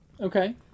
Okay